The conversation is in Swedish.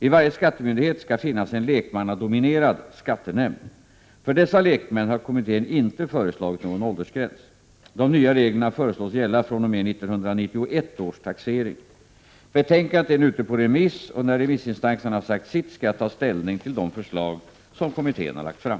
I varje skattemyndighet skall finnas en lekmannadominerad skattenämnd. För dessa lekmän har kommittén inte föreslagit någon åldersgräns. De nya reglerna föreslås gälla fr.o.m. 1991 års taxering. Betänkandet är nu ute på remiss och när remissinstanserna har sagt sitt skall jag ta ställning till de förslag som kommittén har lagt fram.